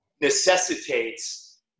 necessitates